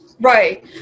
Right